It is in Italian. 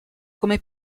come